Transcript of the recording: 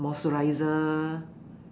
moisturizer